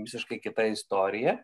visiškai kita istorija